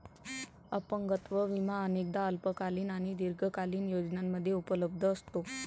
अपंगत्व विमा अनेकदा अल्पकालीन आणि दीर्घकालीन योजनांमध्ये उपलब्ध असतो